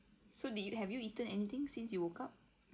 so did you have you eaten anything since you woke up